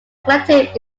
collective